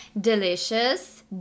Delicious